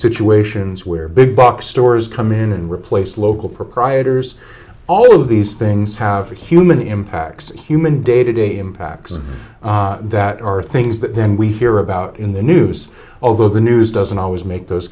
situations where big box stores come in and replace local proprietors all of these things have human impacts human day to day impacts that are things that then we hear about in the news over the news doesn't always make those